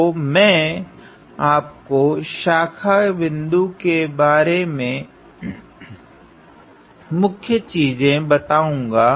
तो मैं आपको शाखा बिन्दु के बारे मे मुख्य चीजे बताऊँगा